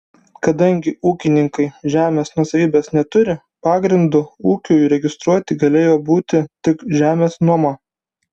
kadangi ūkininkai žemės nuosavybės neturi pagrindu ūkiui registruoti galėjo būti tik žemės nuoma